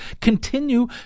continue